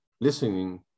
listening